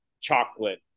chocolate